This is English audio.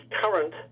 current